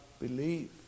believe